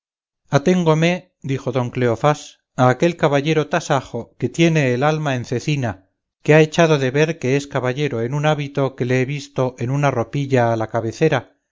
aquella suerte aténgome dijo don cleofás a aquel caballero tasajo que tiene el alma en cecina que ha echado de ver que es caballero en un hábito que le he visto en una ropilla a la cabecera